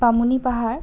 বামুণী পাহাৰ